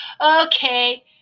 Okay